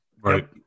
Right